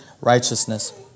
righteousness